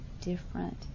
different